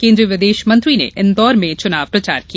केन्द्रीय विदेश मंत्री ने इंदौर में चुनाव प्रचार किया